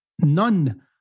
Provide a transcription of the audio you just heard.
None